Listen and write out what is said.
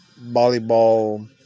volleyball